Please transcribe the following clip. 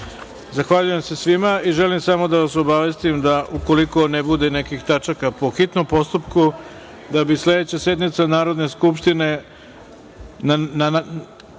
godini. Zahvaljujem se svima i želim samo da vas obavestim da ukoliko ne bude nekih tačaka po hitnom postupku, da bi sledeća sednica Narodne skupštine,